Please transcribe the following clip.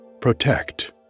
protect